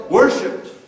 worshipped